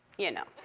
you know.